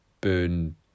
burn